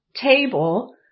Table